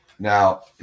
Now